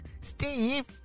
Steve